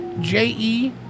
J-E